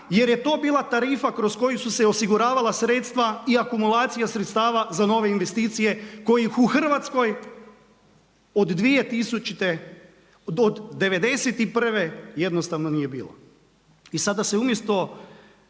jer je to bila tarifa kroz koju su se osiguravala sredstva i akumulacija sredstava za nove investicije kojih u Hrvatskoj od 2000. od '91. jednostavno nije bilo.